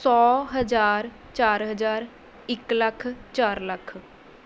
ਸੌ ਹਜ਼ਾਰ ਚਾਰ ਹਜ਼ਾਰ ਇੱਕ ਲੱਖ ਚਾਰ ਲੱਖ